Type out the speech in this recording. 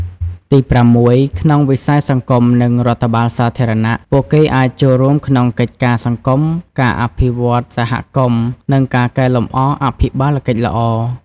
ទីប្រាំមួយ ក្នុងវិស័យសង្គម និងរដ្ឋបាលសាធារណៈ ពួកគេអាចចូលរួមក្នុងកិច្ចការសង្គម ការអភិវឌ្ឍន៍សហគមន៍ និងការកែលម្អអភិបាលកិច្ចល្អ។